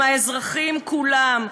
עם האזרחים כולם.